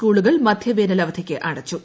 സ്കൂളുകൾ മധൃവേനലവധിക്ക് അടച്ചു